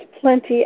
plenty